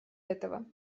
этого